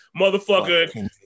motherfucker